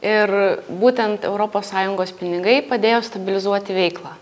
ir būtent europos sąjungos pinigai padėjo stabilizuoti veiklą